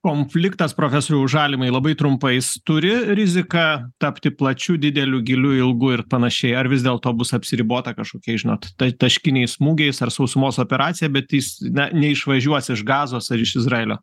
konfliktas profesoriau žalimai labai trumpai jis turi riziką tapti plačiu dideliu giliu ilgu ir panašiai ar vis dėlto bus apsiribota kažkokiais žinot ta taškiniais smūgiais ar sausumos operacija bet jis neišvažiuos iš gazos ar iš izraelio